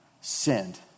sinned